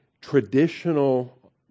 traditional